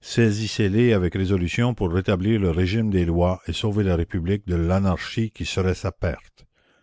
saisissez les avec résolution pour rétablir le régime des lois et sauver la république de l'anarchie qui serait sa perte